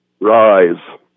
Rise